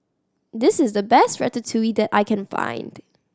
this is the best Ratatouille that I can find